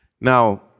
Now